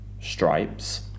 stripes